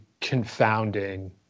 confounding